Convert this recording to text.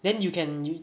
then you can you~